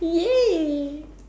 ya